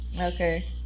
Okay